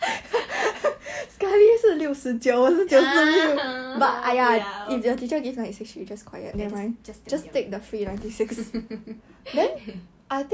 ah !huh! !huh!